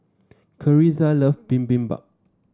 Carisa love Bibimbap